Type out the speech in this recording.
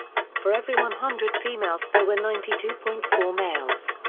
for every one hundred females there were ninety two point four males.